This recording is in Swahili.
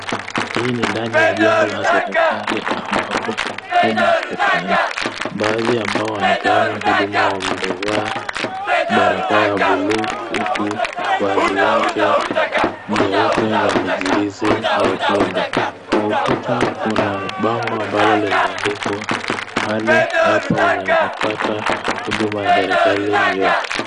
Hii ni ndani ya jengo ya serikali ambapo huduma hupeanwa, baadhi ya ambao wanapeana huduma wamevaa barakoa ya buluu huku vazi yake jeupe ya mijirisi mekundu, kwa ukuta kuna bango ambalo limeandikwa pahali hapa unaweza pata huduma ya serikali yote.